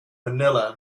manila